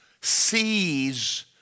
sees